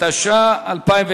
התש"ע 2009,